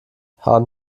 haben